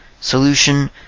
solution